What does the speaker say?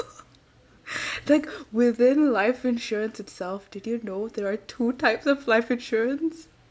like within life insurance itself did you know there are two types of life insurance